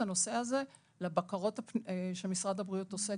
הנושא הזה לבקרות שמשרד הבריאות עושה,